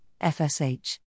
FSH